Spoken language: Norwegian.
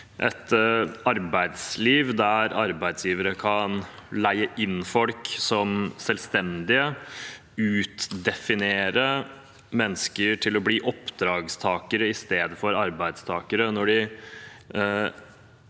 for arbeidslivet når arbeidsgivere kan leie inn folk som selvstendige og utdefinere mennesker til å bli oppdragstakere istedenfor arbeidstakere når de